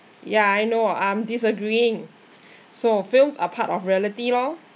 ya I know I'm disagreeing so films are part of reality lor